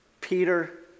Peter